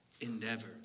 endeavor